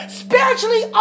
spiritually